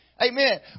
amen